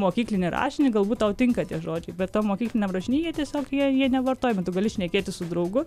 mokyklinį rašinį galbūt tau tinka tie žodžiai be tam mokykliniam rašiny jie tiesiog jie jie nevartojami tu gali šnekėti su draugu